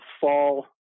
fall